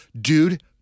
Dude